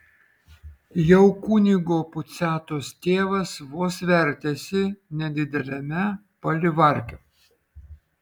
jau kunigo puciatos tėvas vos vertėsi nedideliame palivarke